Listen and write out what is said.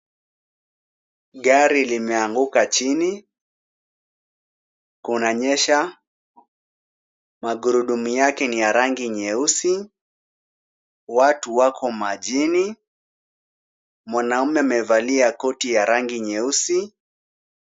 Gari limeanguka chini, kunanyesha. Magurudumu yake ni ya rangi nyeusi, watu wako majini. Mwanaume amevalia koti ya rangi nyeusi.